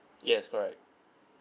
yes correct